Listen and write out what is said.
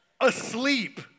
asleep